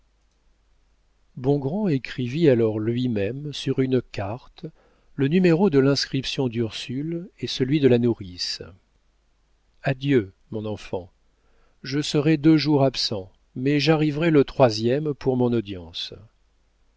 bongrand écrivit alors lui-même sur une carte le numéro de l'inscription d'ursule et celui de la nourrice adieu mon enfant je serai deux jours absent mais j'arriverai le troisième pour mon audience